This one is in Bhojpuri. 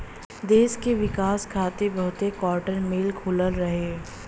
देस के विकास खातिर बहुते काटन मिल खुलल रहे